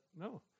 no